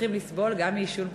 צריכים לסבול גם מעישון פסיבי?